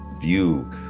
view